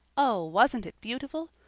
oh, wasn't it beautiful?